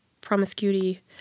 promiscuity